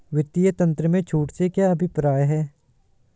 वित्तीय तंत्र में छूट से क्या अभिप्राय है?